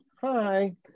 Hi